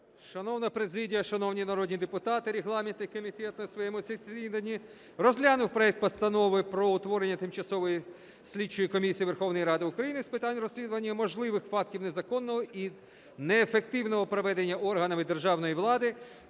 Шановна президія, шановні народні депутати, регламентний комітет на своєму засіданні розглянув проект Постанови про утворення Тимчасової слідчої комісії Верховної Ради України з питань розслідування можливих фактів незаконного і неефективного проведення органами державної влади,